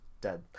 Dead